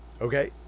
Okay